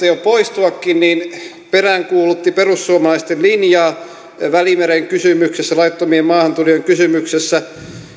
jo poistuakin peräänkuulutti perussuomalaisten linjaa välimeren kysymyksessä laittomien maahantulijoiden kysymyksessä